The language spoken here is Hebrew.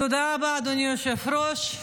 תודה רבה, אדוני היושב-ראש.